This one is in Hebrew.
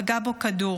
פגע בו כדור.